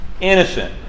innocent